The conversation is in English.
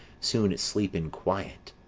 soon sleep in quiet.